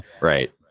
right